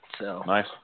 Nice